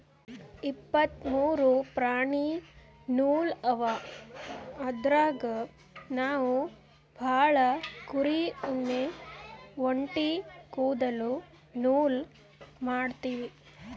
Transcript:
ಇಪ್ಪತ್ತ್ ಮೂರು ಪ್ರಾಣಿ ನೂಲ್ ಅವ ಅದ್ರಾಗ್ ನಾವ್ ಭಾಳ್ ಕುರಿ ಉಣ್ಣಿ ಒಂಟಿ ಕುದಲ್ದು ನೂಲ್ ಮಾಡ್ತೀವಿ